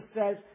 says